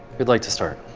who'd like to start?